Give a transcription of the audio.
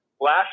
Last